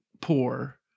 poor